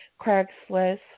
Craigslist